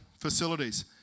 facilities